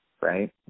right